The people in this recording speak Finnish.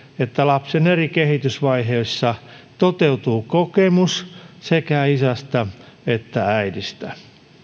että lapsen eri kehitysvaiheissa toteutuu kokemus sekä isästä että äidistä